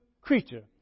creature